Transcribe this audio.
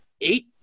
eight